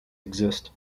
exist